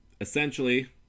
Essentially